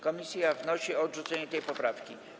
Komisja wnosi o odrzucenie tej poprawki.